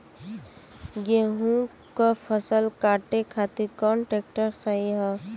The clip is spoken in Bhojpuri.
गेहूँक फसल कांटे खातिर कौन ट्रैक्टर सही ह?